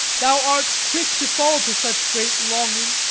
thou art quick to fall to such great longing.